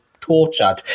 tortured